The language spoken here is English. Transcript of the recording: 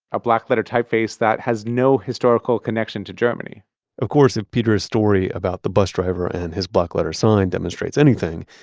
a blackletter typeface that has no historical connection to germany of course, if peter's story about the bus driver and his blackletter sign demonstrates anything,